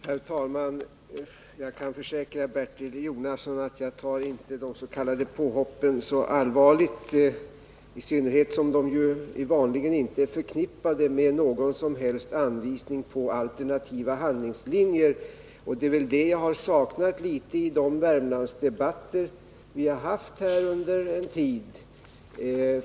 Herr talman! Jag kan försäkra Bertil Jonasson att jag inte tar de s.k. påhoppen så allvarligt, i synnerhet som de vanligen inte är förknippade med att trygga sysselsättningen i Hagfors och Munkfors någon som helst anvisning om alternativa handlingslinjer. Sådana har jag i viss mån saknat i de Värmlandsdebatter vi fört nu under en tid.